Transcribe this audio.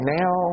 now